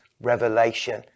revelation